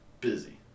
Busy